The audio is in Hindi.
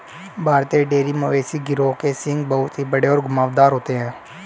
भारतीय डेयरी मवेशी गिरोह के सींग बहुत ही बड़े और घुमावदार होते हैं